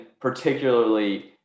particularly